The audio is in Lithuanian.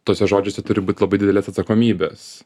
tuose žodžiuose turi būt labai didelės atsakomybės